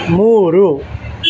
ಮೂರು